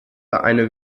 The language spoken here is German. eine